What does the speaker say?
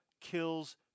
kills